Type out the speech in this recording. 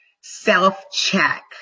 self-check